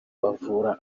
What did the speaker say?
bavura